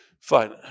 fine